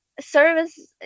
service